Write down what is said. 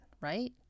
right